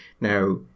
now